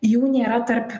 jų nėra tarp